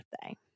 birthday